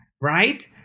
right